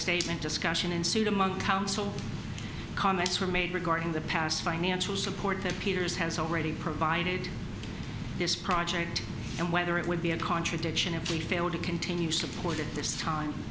statement discussion ensued among council comments were made regarding the past financial support that peters has already provided this project and whether it would be a contradiction if he failed to continue support at this time